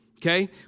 Okay